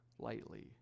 lightly